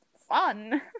fun